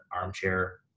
armchair